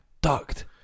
ducked